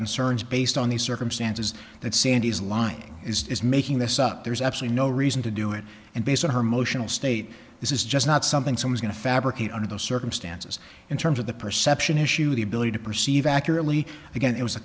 concerns based on the circumstances that sandy's lying is making this up there's actually no reason to do it and based on her motional state this is just not something so i'm going to fabricate under those circumstances in terms of the perception issue the ability to perceive accurately again it was a